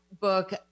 book